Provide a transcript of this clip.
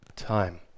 time